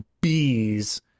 bees